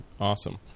Awesome